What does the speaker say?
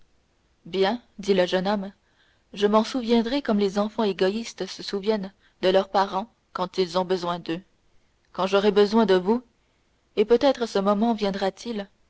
bien dit le jeune homme je m'en souviendrai comme les enfants égoïstes se souviennent de leurs parents quand ils ont besoin d'eux quand j'aurai besoin de vous et peut-être ce moment viendra-t-il